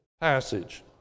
passage